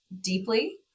deeply